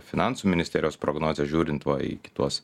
finansų ministerijos prognozes žiūrint va į kituos